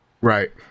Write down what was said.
right